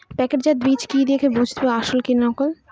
প্যাকেটজাত বীজ কি দেখে বুঝব আসল না নকল?